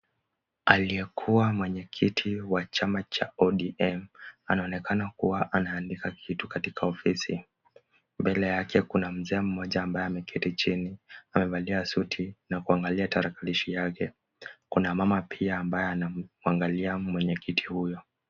Aliyekuwa mwenyekiti wa chama cha ODM, anaonekana kuwa anaandika kitu katika ofisi. Mbele yake kuna mzee mmoja ambaye ameketi chini, amevalia suti na kuangalia tarakilishi yake. Kuna mama pia ambaye anamwangalia mwenyekiti huyo.